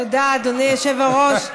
תודה, אדוני היושב-ראש.